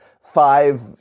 five